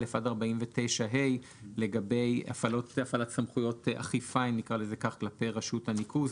עד 49ה לגבי הפעלת סמכויות אכיפה כלפי רשות הניקוז,